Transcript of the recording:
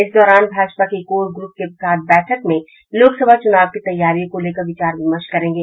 इस दौरान भाजपा की कोर ग्रुप के साथ बैठक में लोकसभा चुनाव की तैयारियों को लेकर विचार विमर्श करेंगे